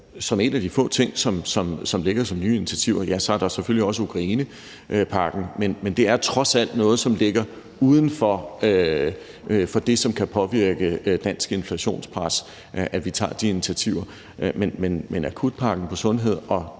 Som en af de få ting, som ligger som nye initiativer, er der selvfølgelig også Ukrainepakken, men det er trods alt noget, som ligger uden for det, som kan påvirke dansk inflationspres, at vi tager de initiativer. Men akutpakken på sundhedsområdet